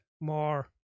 more